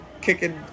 kicking